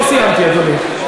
לא סיימתי, אדוני.